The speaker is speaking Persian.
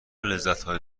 لذتهای